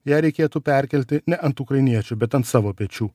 ją reikėtų perkelti ne ant ukrainiečių bet ant savo pečių